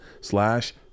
slash